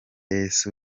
yesu